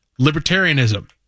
libertarianism